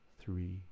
three